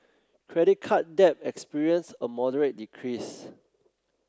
credit card debt experienced a moderate decrease